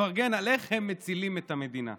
מפרגן על איך הם מצילים את המדינה.